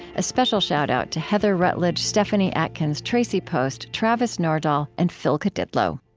a special shout out to heather rutledge, stephani atkins, traci post, travis nordahl, and phil kadidlo